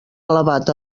elevat